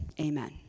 amen